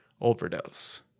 overdose